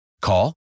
Call